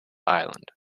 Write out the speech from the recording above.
island